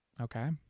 Okay